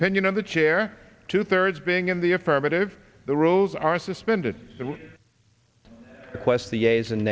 opinion of the chair two thirds being in the affirmative the rules are suspended quest the a's and